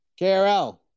KRL